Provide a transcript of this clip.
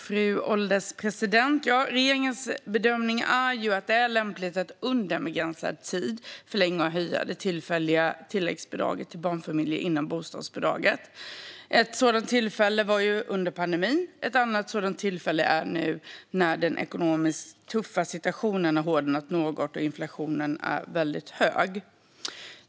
Fru ålderspresident! Regeringens bedömning är att det är lämpligt att under en begränsad tid förlänga och höja det tillfälliga tilläggsbidraget till barnfamiljer inom ramen för bostadsbidraget. Ett sådant tillfälle var under pandemin. Ett annat sådant tillfälle är nu när den ekonomiskt tuffa situationen har hårdnat något och inflationen är hög.